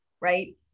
right